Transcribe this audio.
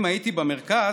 אם הייתי במרכז,